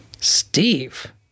Steve